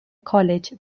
college